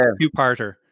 two-parter